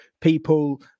people